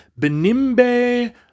Benimbe